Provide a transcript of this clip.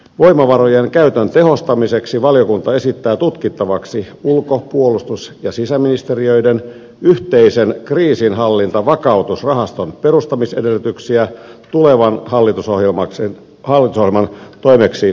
voimavarojen käytön tehostamiseksi valiokunta esittää tutkittavaksi ulko puolustus ja sisäministeriön yhteisen kriisinhallintavakautusrahaston perustamisedellytyksiä tulevan hallitusohjelman toimeksiantona